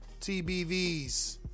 TBV's